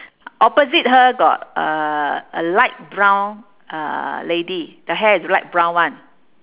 opposite her got uh a light brown uh lady the hair is light brown [one]